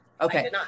Okay